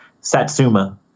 Satsuma